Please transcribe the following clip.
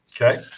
Okay